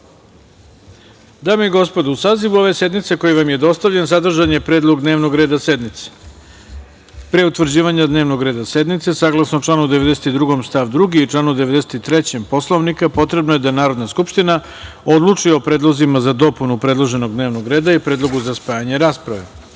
i gospodo, u sazivu ove sednice, koji vam je dostavljen, sadržan je Predlog dnevnog reda sednice. Pre utvrđivanja dnevnog reda sednice, saglasno članu 92. stav 2. i članu 93. Poslovnika Narodne skupštine, potrebno je da Narodna skupština odluči o predlozima za dopunu predloženog dnevnog reda i predlogu za spajanje rasprave. Narodni